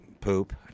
poop